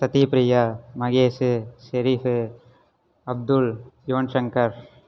Sathyapriya Mahesh Sharif Abdul Yuvan Shankar